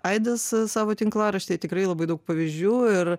aidas savo tinklaraštyje tikrai labai daug pavyzdžių ir